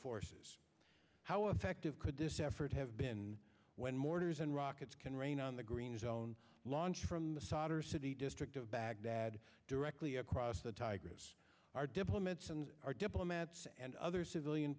forces how effective could this effort have been when mortars and rockets can rain on the green zone launched from the solder city district of baghdad directly across the tigris our diplomats and our diplomats and other civilian